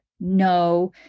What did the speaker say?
no